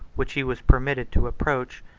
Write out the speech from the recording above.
which he was permitted to approach,